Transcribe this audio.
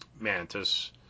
Mantis